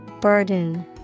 Burden